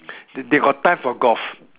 they got time for golf